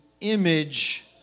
image